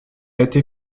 été